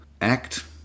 act